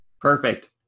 perfect